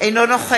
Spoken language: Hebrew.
אינו נוכח